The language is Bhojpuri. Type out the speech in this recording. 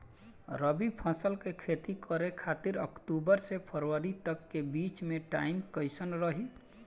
रबी फसल के खेती करे खातिर अक्तूबर से फरवरी तक के बीच मे टाइम कैसन रही?